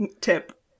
tip